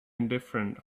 indifferent